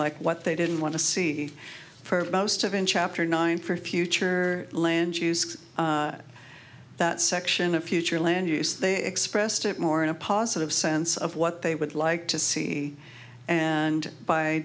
like what they didn't want to see for most of in chapter nine for future land use that section of future land use they expressed it more in a positive sense of what they would like to see and by